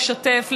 לשתף,